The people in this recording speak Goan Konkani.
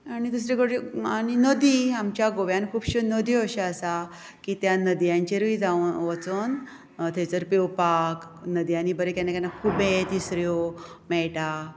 आनी दुसरी आनी नदी आमच्या गोव्यान खूबश्यो नदयो अश्यो आसा की त्या नदयांचेरूय जावं वचून थंयसर पेंवपाक नदयानी बरें केन्ना केन्ना खुबे तिसऱ्यो मेळटा